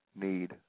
need